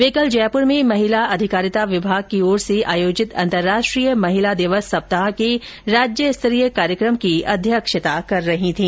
वे कल जयपुर में महिला अधिकारिता विभाग की ओर से आयोजित अंतर्राष्ट्रीय महिला दिवस सप्ताह के राज्यस्तरीय कार्यक्रम की अध्यक्षता कर रही थी